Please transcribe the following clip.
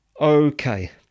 Okay